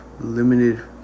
limited